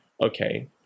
okay